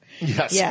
Yes